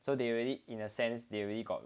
so they already in a sense they already got